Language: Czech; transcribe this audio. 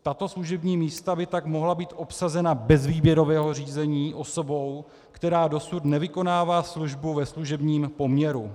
Tato služební místa by tak mohla být obsazena bez výběrového řízení osobou, která dosud nevykonává službu ve služebním poměru.